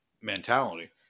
mentality